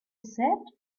sat